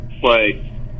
play